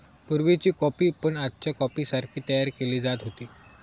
पुर्वीची कॉफी पण आजच्या कॉफीसारखी तयार केली जात होती